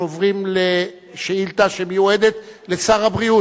אנחנו עוברים לשאילתא שמיועדת לשר הבריאות,